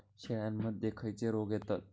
शेळ्यामध्ये खैचे रोग येतत?